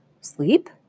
Sleep